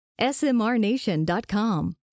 smrnation.com